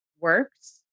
works